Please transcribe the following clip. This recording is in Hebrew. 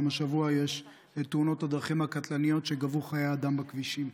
גם השבוע יש את תאונות הדרכים הקטלניות שגבו חיי אדם בכבישים.